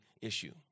issue